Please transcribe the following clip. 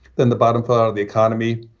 then the bottom part of the economy,